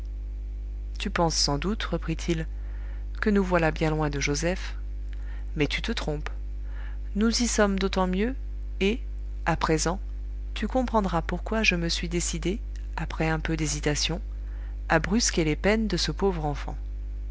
tu penses sans doute reprit-il que nous voilà bien loin de joseph mais tu te trompes nous y sommes d'autant mieux et à présent tu comprendras pourquoi je me suis décidé après un peu d'hésitation à brusquer les peines de ce pauvre enfant